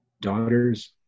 daughters